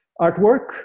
artwork